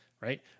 Right